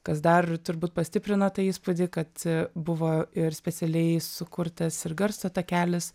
kas dar turbūt pastiprina tą įspūdį kad buvo ir specialiai sukurtas ir garso takelis